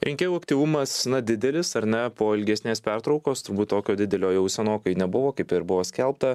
rinkėjų aktyvumas na didelis ar ne po ilgesnės pertraukos turbūt tokio didelio jau senokai nebuvo kaip ir buvo skelbta